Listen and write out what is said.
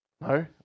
No